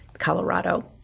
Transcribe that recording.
Colorado